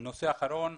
נושא אחרון,